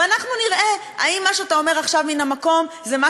ואנחנו נראה אם מה שאתה אומר עכשיו מן המקום זה מה